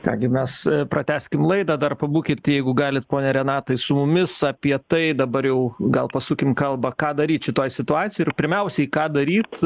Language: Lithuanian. ką gi mes pratęskim laidą dar pabūkit jeigu galit pone renatai su mumis apie tai dabar jau gal pasukim kalbą ką daryt šitoj situacijoj ir pirmiausiai ką daryt